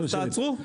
תעצרו.